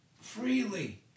Freely